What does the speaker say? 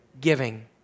Giving